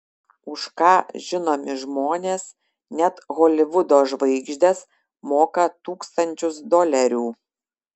už ką žinomi žmonės net holivudo žvaigždės moka tūkstančius dolerių